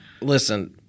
Listen